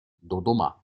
dodoma